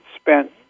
spent